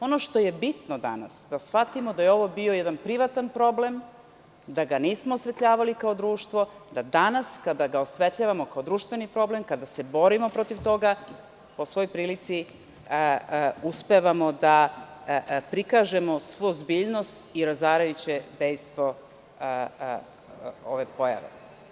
Ono što je bitno danas je da shvatimo da je ovo bio jedan privatan problem, da ga nismo osvetljavali kao društvo, da danas kada ga osvetljavamo kao društveni problem, kada se borimo protiv toga po svoj prilici uspevamo da prikažemo svu ozbiljnost i razarajuće dejstvo ove pojave.